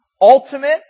ultimate